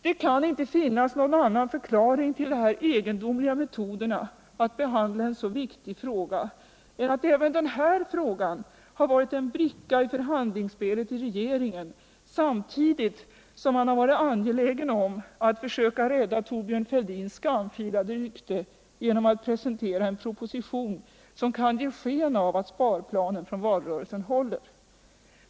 Det kan inte finnas någon annan förklaring till de här metoderna att behandla en så viktig fråga än att även det här spörsmålet har varit en bricka i förhandlingsspelet i regeringen samtidigt som man har varit angelägen om att försöka rädda Thorbjörn Fälldins skamfilade rykte genom att presentera en proposition, som kan ge sken av att sparplanen från valrörelsen håller.